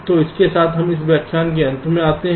तो इसके साथ हम इस व्याख्यान के अंत में आते हैं